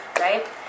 right